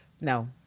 No